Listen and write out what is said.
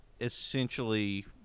essentially